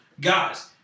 guys